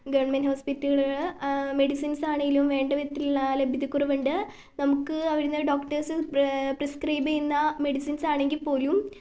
government ഹോസ്പിറ്റലുകൾ medicines ആണെങ്കിലും വേണ്ട വിധത്തിൽ ലഭ്യതക്കുറവുണ്ട് നമുക്ക് അവിടെ നിന്ന് ഡോക്ടർസ് പ്രിസ്ക്രൈബ് ചെയ്യുന്ന മെഡിസിൻസ് ആണെങ്കിൽ പോലും